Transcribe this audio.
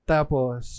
Tapos